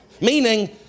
Meaning